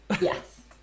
Yes